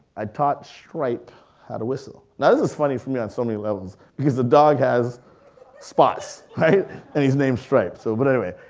i taught stripe how to whistle. now this is funny for me on so many levels, because the dog has spots and he's named stripe so but anyway.